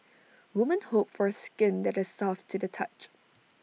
women hope for skin that is soft to the touch